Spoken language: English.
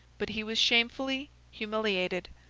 but he was shamefully humiliated.